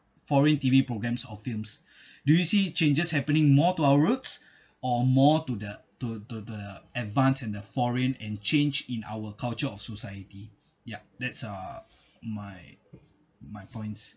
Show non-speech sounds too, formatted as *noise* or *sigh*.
foreign T_V programmes or films *breath* do you see changes happening more to our roots or more to the to the advance in the foreign and change in our culture of society yup that's uh my my points